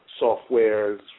softwares